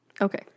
Okay